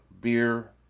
beer